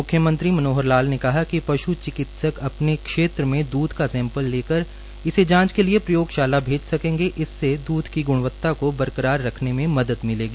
मुख्यमंत्री मनोहर लाल ने कहा कि पश् चिकित्सक अपने क्षेत्र में दूध का सैंपल ले कर इसे जांच के लिए प्रयोगशाला भेज सकेंगे इससे द्ध की ग्णवत्ता को बरकरार रखने में मदद मिलेगी